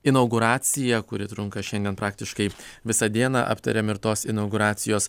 inauguraciją kuri trunka šiandien praktiškai visą dieną aptariam ir tos inauguracijos